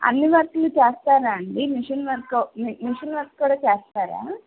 అన్నీ వర్కులూ చేస్తారా అండి మిషిన్ వర్క్ మిషిన్ వర్క్ కూడా చేస్తారా